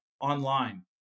online